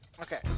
Okay